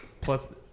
Plus